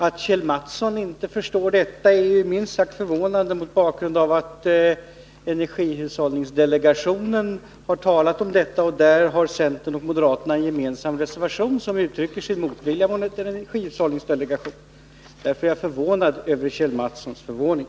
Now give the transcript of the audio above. Att Kjell Mattsson inte förstår detta är minst sagt förvånande, mot bakgrund av att energihushållningsdelegationen har talat om det och centern och moderaterna där har en gemensam reservation som uttrycker vår motvilja mot en energihushållningslag. Därför är jag förvånad över Kjell Mattssons förvåning.